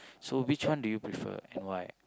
so which one do you prefer and why